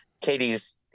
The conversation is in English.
katie's